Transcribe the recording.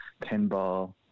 pinball